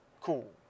cool